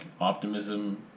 optimism